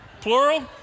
Plural